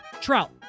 Trout